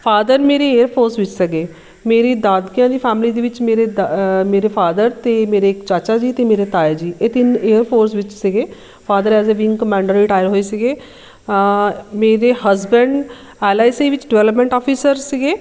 father ਮੇਰੇ air force ਵਿੱਚ ਸੀਗੇ ਮੇਰੀ ਦਾਦਕਿਆਂ ਦੀ ਫੈਮਿਲੀ ਦੇ ਵਿੱਚ ਮੇਰੇ ਦ ਮੇਰੇ ਫਾਦਰ ਅਤੇ ਮੇਰੇ ਇੱਕ ਚਾਚਾ ਜੀ ਅਤੇ ਮੇਰੇ ਤਾਇਆ ਜੀ ਇਹ ਤਿੰਨ ਏਅਰਫੋਰਸ ਵਿੱਚ ਸੀਗੇ ਫਾਦਰ ਐਸ ਕਮਾਂਡਰ ਰਿਟਾਇਰ ਹੋਏ ਸੀਗੇ ਮੇਰੇ ਹਸਬੈਂਡ ਐੱਲ ਆਈ ਸੀ ਵਿੱਚ ਡਿਵੈਲਪਮੈਂਟ ਆਫਿਸਰ ਸੀਗੇ